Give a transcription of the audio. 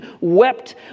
wept